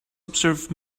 observe